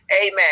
amen